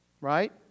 right